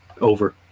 over